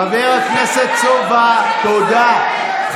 חברת הכנסת סובה, תודה.